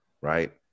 right